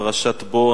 פרשת בא.